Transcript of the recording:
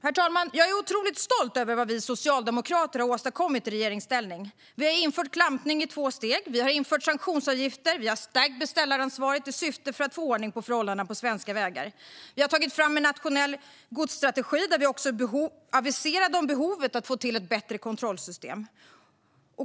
Herr talman! Jag är otroligt stolt över vad vi socialdemokrater har åstadkommit i regeringsställning. Vi har infört klampning i två steg. Vi har infört sanktionsavgifter, och vi har stärkt beställaransvaret i syfte att få ordning på förhållandena på svenska vägar. Vi har tagit fram en nationell godsstrategi, där vi också aviserade behovet av att få till ett bättre kontrollsystem.